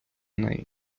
неї